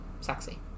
sexy